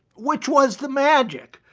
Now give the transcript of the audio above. which was the magic.